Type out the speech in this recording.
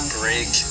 break